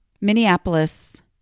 Minneapolis